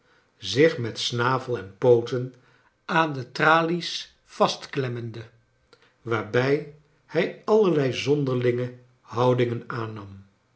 zich met snavel en pooten aan de tralies vastklemrnende waarbij hij allerlei zonderlinge houdingen